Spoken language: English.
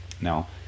Now